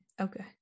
okay